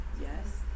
yes